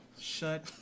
Shut